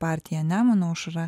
partija nemuno aušra